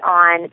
on